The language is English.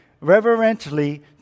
reverently